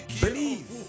Believe